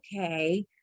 okay